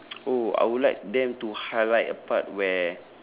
oh I would like them to highlight a part where